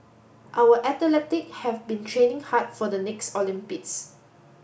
our atheletic have been training hard for the next Olympics